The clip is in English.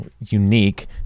unique